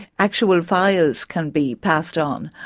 actual files can be passed on,